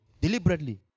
deliberately